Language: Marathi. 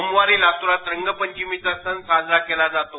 सोमवारी लातूरात रंगपंचमीचा सण साजरा केला जात असतो